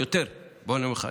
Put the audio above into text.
אני אומר לך,